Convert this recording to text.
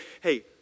hey